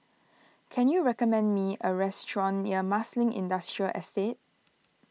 can you recommend me a restaurant near Marsiling Industrial Estate